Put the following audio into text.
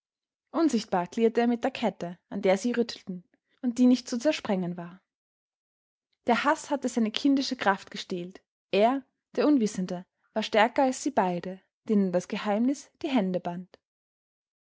unsichtbar klirrte er mit der kette an der sie rüttelten und die nicht zu zersprengen war der haß hatte seine kindische kraft gestählt er der unwissende war stärker als sie beide denen das geheimnis die hände band